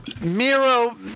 Miro